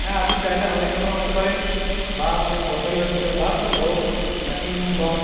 হ্যাঁ আপনি চাইলে আমার এখানেও আসতে পারেন বা কোনও সরকারি হসপিটাল বা কোনও বড়ো নার্সিংহোম বা